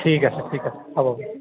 ঠিক আছে ঠিক আছে হ'ব